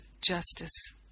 justice